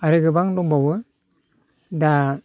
आरो गोबां दंबावो दा